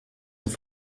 have